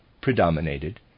predominated